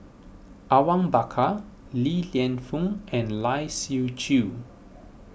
Awang Bakar Li Lienfung and Lai Siu Chiu